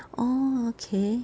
orh okay